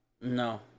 No